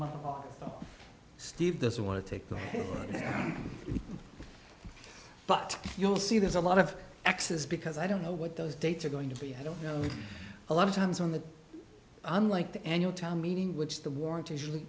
month off steve doesn't want to take the but you'll see there's a lot of excess because i don't know what those dates are going to be i don't know a lot of times on that unlike the annual town meeting which the warrant is really